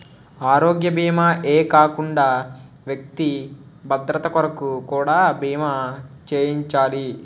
ఆరోగ్య భీమా ఏ కాకుండా వ్యక్తి భద్రత కొరకు కూడా బీమా చేయించాలి